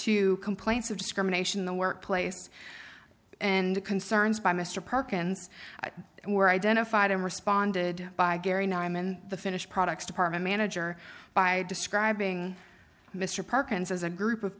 to complaints of discrimination in the workplace and concerns by mr perkins were identified and responded by gary nyman the finished products department manager by describing mr perkins as a group of